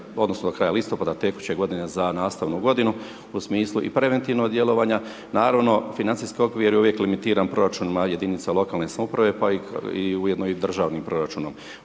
odnosno, do kraja listopada tekuće godine, za nastavnu godinu, u smislu i preventivnog djelovanja. Naravno, financijski okvir je uvijek limitiran proračuna jedinice lokalne samouprave, pa i ujedno i državni proračunom.